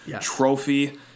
trophy